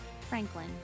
Franklin